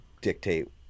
dictate